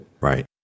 right